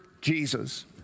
Jesus